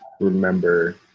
remember